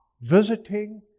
visiting